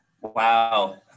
Wow